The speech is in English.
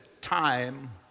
time